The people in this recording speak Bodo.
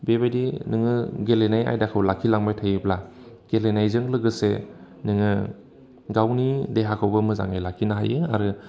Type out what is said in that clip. बेबायदि नोङो गेलेनाय आयदाखौ लाखिलांबाय थायोब्ला गेलेनायजों लोगोसे नोङो गावनि देहाखौबो मोजाङै लाखिनो हायो आरो